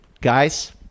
guys